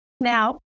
Now